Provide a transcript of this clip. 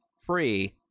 free